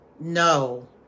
No